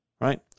right